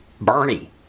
Bernie